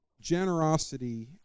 generosity